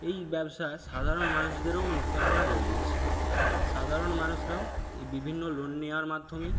এই ব্যবসা সাধারণ মানুষদেরও অনুপ্রেরণা যুগিয়েছে সাধারণ মানুষরাও এই বিভিন্ন লোন নেওয়ার মাধ্যমে